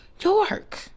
york